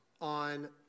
on